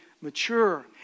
mature